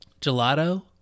Gelato